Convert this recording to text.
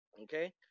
Okay